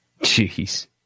Jeez